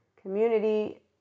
community